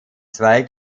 zwei